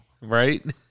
Right